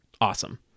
awesome